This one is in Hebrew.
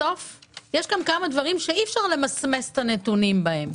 בסוף יש כאן כמה דברים שאי אפשר למסמס את הנתונים בהם.